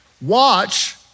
watch